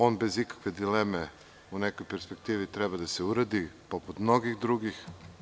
On bez ikakve dileme u nekoj perspektivi treba da se uradi poput mnogih drugih.